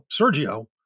Sergio